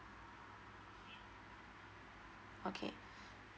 okay